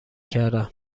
کردن